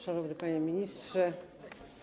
Szanowny Panie Ministrze!